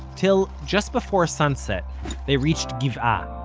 till just before sunset they reached gibeah,